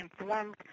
informed